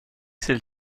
celle